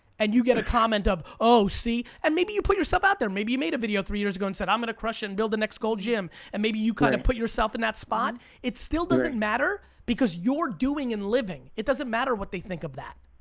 and you get a comment of oh see, and maybe you put yourself out there, maybe you made a video three years ago and said i'm gonna crush it and build the next skull gym. and maybe you kind of put yourself in that spot, it still doesn't matter because you're doing and living. it doesn't matter what they think of that.